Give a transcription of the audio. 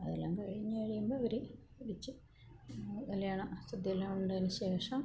അതെല്ലാം കഴിഞ്ഞു കഴിയുമ്പോൾ ഇവർ തിരിച്ച് കല്യാണ സദ്യയെല്ലാം ഉണ്ടതിന് ശേഷം